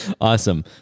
Awesome